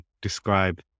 describe